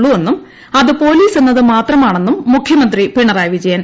ഉള്ളൂവെന്നും അത് പോലീസ് എന്നത് മാത്രമാണെന്നും മുഖ്യമന്ത്രി പിണറായി വിജയൻ